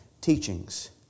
teachings